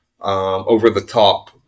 over-the-top